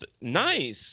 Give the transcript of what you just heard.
nice